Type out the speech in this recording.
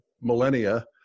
millennia